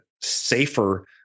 safer